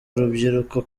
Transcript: urubyiruko